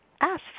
ask